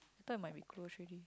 I thought it might be close already